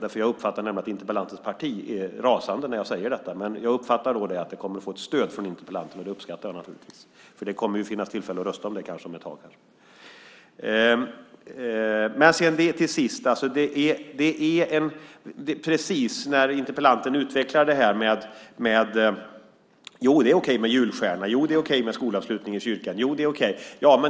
Jag uppfattar nämligen att interpellantens parti blir rasande när jag säger detta, men nu uppfattar jag att det kommer att få stöd från interpellanten. Det uppskattar jag naturligtvis. Det kommer att finnas tillfälle att rösta om ett tag. Interpellanten utvecklar frågan och säger att det är okej med julstjärna och skolavslutning i kyrkan.